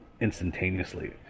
instantaneously